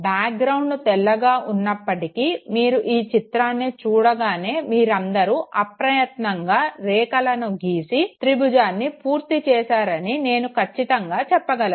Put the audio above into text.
back ground తెల్లగా ఉన్నపటికీ మీరు ఈ చిత్రాన్ని చూడగానే మీరందరు అప్రయత్నంగా రేఖాలను గీసి త్రిభుజాన్ని పూర్తి చేస్తారని నేను కచ్చితంగా చెప్పగలను